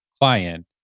client